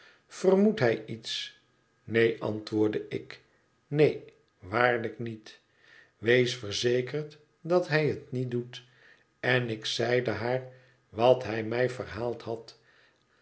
vermoedt hij iets neen antwoordde ik neen waarlijk niet wees verzekerd dat hij het niet doet en ik zeide haar wat hij mij verhaald had